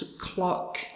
clock